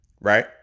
right